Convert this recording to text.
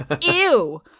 Ew